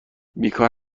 بیکار